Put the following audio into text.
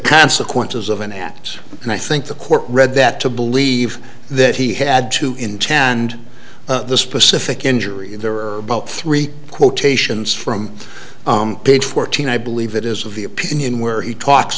consequences of an act and i think the court read that to believe that he had to intend the specific injury and there are about three quotations from page fourteen i believe it is of the opinion where he talks